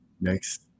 next